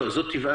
זו טבעה.